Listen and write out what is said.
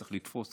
צריך לתפוס,